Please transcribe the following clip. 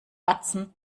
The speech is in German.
batzen